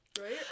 Right